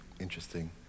interesting